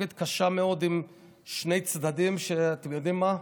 מחלוקת קשה מאוד עם שני צדדים, שאתם יודעים מה,